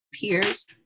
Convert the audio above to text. peers